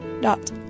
dot